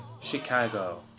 Chicago